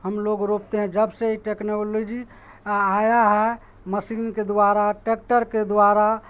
ہم لوگ روپتے ہیں جب سے یہ ٹیکنولوجی آیا ہے مشین کے دوارا ٹیکٹر کے دوارا